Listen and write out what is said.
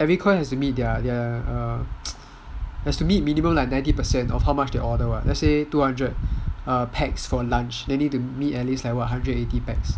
every coy has to meet their minimum ninety percent of how much they order [what] so let's say two hundred packs for lunch then need to meet at least like hundred eighty packs